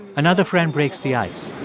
another friend breaks the ice